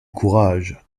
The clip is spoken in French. courage